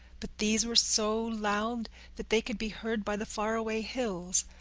but these were so loud that they could be heard by the faraway hills.